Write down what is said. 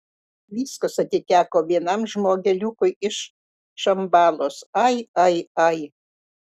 viskas atiteko vienam žmogeliukui iš šambalos ai ai ai